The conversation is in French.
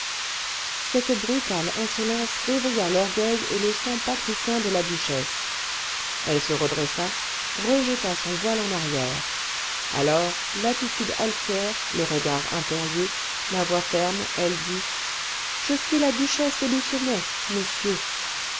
cette brutale insolence révolta l'orgueil et le sang patricien de la duchesse elle se redressa rejeta son voile en arrière alors l'attitude altière le regard impérieux la voix ferme elle dit je suis la duchesse de lucenay monsieur